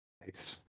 Nice